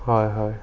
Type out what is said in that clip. হয় হয়